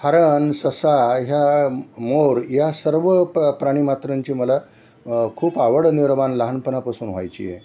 हरण ससा ह्या मोर या सर्व प प्राणीमात्रांची मला खूप आवड निर्माण लहानपणापासून व्हायची आहे